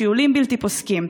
שיעולים בלתי פוסקים.